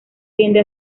tiende